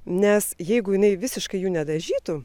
nes jeigu jinai visiškai jų nedažytų